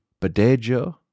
Badejo